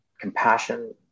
compassion